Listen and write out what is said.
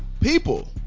people